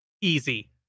Easy